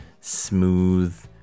smooth